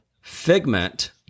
Figment